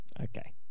Okay